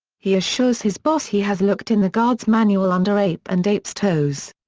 he assures his boss he has looked in the guards manual under ape and ape's toes.